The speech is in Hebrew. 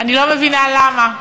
אני לא מבינה למה,